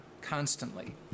constantly